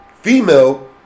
female